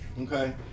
okay